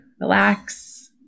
relax